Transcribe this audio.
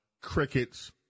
crickets